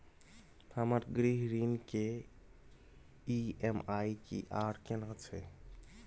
हमर गृह ऋण के ई.एम.आई की आर केना छै?